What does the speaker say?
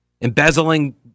Embezzling